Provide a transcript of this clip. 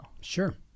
Sure